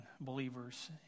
believers